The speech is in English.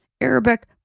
Arabic